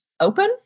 open